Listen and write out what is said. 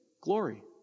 glory